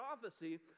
prophecy